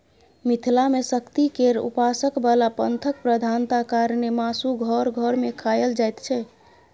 मिथिला मे शक्ति केर उपासक बला पंथक प्रधानता कारणेँ मासु घर घर मे खाएल जाइत छै